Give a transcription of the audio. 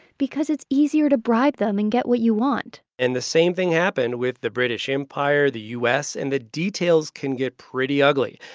because it's easier to bribe them and get what you want and the same thing happened with the british empire, the u s. and the details can get pretty ugly.